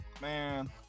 man